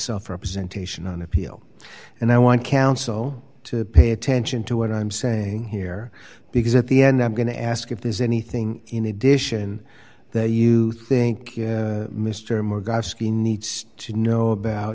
self representation on appeal and i want counsel to pay attention to what i'm saying here because at the end i'm going to ask if there's anything in addition that you think mr moore guy ski needs to know about